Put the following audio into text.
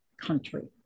country